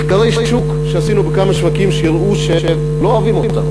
מחקרי שוק שעשינו בכמה שווקים הראו שלא אוהבים אותנו